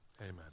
Amen